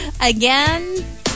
again